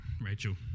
Rachel